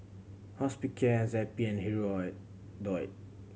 Hospicare Zappy and Hirudoid